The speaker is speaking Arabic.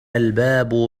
الباب